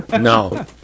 No